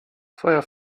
feuer